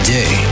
day